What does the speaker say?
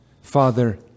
Father